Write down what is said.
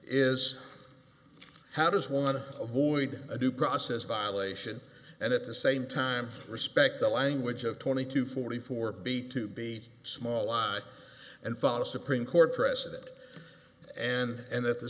is how does one to avoid a due process violation and at the same time respect the language of twenty two forty four b to be small line and follow supreme court precedent and at the